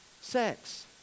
sex